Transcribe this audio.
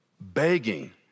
begging